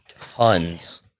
tons